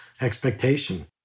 expectation